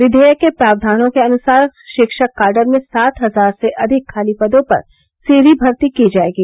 विधेयक के प्रावधानों के अनुसार शिक्षक काडर में सात हजार से अधिक खाली पदों पर सीधी भर्ती की जाएगी